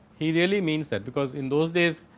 he really means that. because, in those days